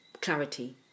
clarity